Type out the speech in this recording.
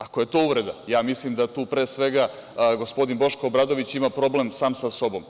Ako je to uvreda, ja mislim da tu pre svega gospodin Boško Obradović ima problem sam sa sobom.